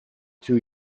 two